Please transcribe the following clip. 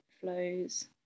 flows